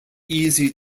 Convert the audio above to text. easy